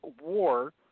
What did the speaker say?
war